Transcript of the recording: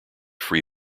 free